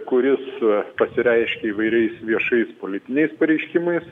kuris pasireiškia įvairiais viešais politiniais pareiškimais